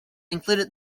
included